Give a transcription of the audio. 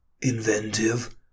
Inventive